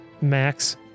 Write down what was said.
Max